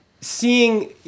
seeing